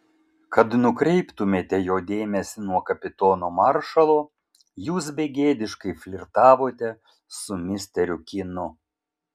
kad nukreiptumėte jo dėmesį nuo kapitono maršalo jūs begėdiškai flirtavote su misteriu kynu